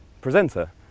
presenter